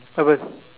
haven't